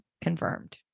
Confirmed